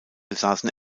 besaßen